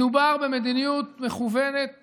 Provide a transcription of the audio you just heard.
מדובר במדיניות מכוונת